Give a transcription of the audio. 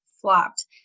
flopped